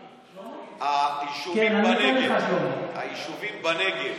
כן, אני אתן לך, היישובים בנגב